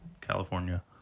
California